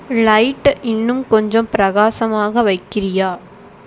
லைட்டை இன்னும் கொஞ்சம் பிரகாசமாக வக்கிறியா